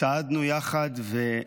וצעדנו יחד.